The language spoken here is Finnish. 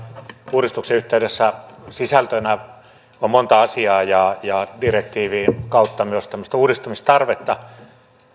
uudistuksen yhteydessä sisältönä on monta asiaa ja ja direktiivin kautta myös tämmöistä uudistamistarvetta